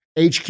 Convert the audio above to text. HQ